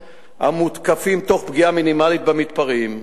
המותקפים תוך פגיעה מינימלית במתפרעים.